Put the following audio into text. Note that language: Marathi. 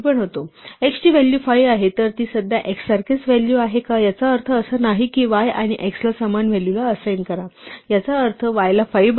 तर x ची व्हॅल्यू 5 आहे तर ती सध्या x सारखेच व्हॅल्यू आहे का याचा अर्थ असा नाही की y आणि x ला समान व्हॅल्यू ला असाइन करा याचा अर्थ y ला 5 बनवा